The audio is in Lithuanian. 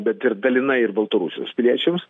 bet ir dalinai ir baltarusijos piliečiams